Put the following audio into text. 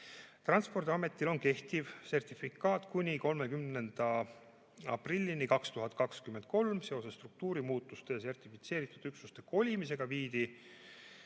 Transpordiametil on kehtiv sertifikaat kuni 30. aprillini 2023. Seoses struktuurimuutuste ja sertifitseeritud üksuste kolimisega viidi